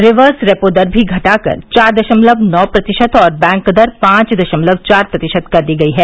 reverse repo दर भी घटाकर चार दशमलव नौ प्रतिशत और बैंक दर पांच दशमलव चार प्रतिशत कर दी गई है